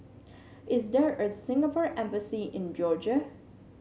is there a Singapore Embassy in Georgia